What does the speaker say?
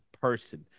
person